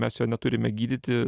mes jo neturime gydyti